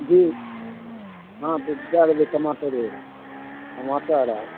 जी हँ तऽ दए देबै टमाटरे टमाटर आर